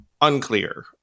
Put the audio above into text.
unclear